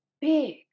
big